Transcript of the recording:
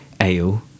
ale